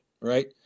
right